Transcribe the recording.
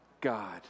god